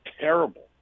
terrible